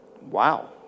Wow